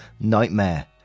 nightmare